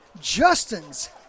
Justin's